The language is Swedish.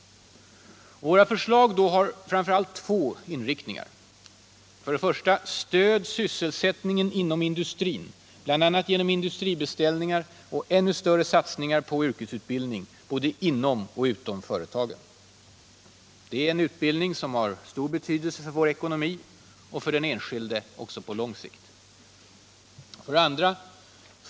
Våra förslag har främst två inriktningar: 1. Stöd sysselsättningen inom industrin, bl.a. genom industribeställningar och ännu större satsningar på yrkesutbildning, både inom och utom företagen — det är en utbildning som har stor betydelse för vår ekonomi och för den enskilde också på lång sikt. 2.